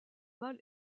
mal